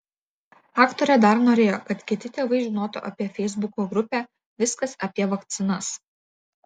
aktorė dar norėjo kad kiti tėvai žinotų apie feisbuko grupę viskas apie vakcinas